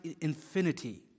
infinity